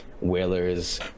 whalers